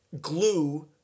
glue